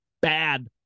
bad